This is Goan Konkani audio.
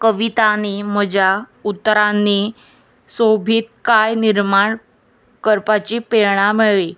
कवितांनी म्हज्या उतरांनी सोबितकाय निर्माण करपाची प्रेरणा मेळ्ळी